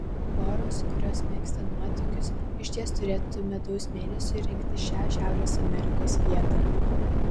poros kurios mėgsta nuotykius išties turėtų medaus mėnesiui rinktis šią šiaurės amerikos vietą